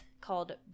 called